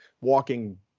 walking